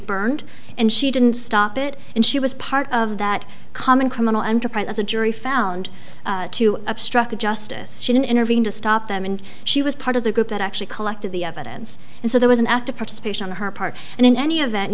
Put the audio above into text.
burned and she didn't stop it and she was part of that common criminal enterprise a jury found to obstruct justice she didn't intervene to stop them and she was part of the group that actually collected the evidence and so there was an active participation on her part and in any